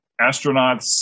astronauts